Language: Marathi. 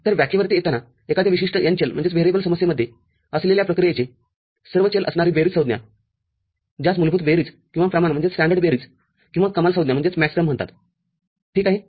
तर व्याख्येवरती येतानाएखाद्या विशिष्ट n चल समस्येमध्ये असलेल्या प्रक्रियेचे सर्व चल असणारी बेरीज संज्ञा ज्यास मूलभूत बेरीज किंवा प्रमाण बेरीज किंवा कमालसंज्ञा म्हणतात ठीक आहे